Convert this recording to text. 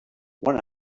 one